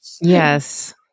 Yes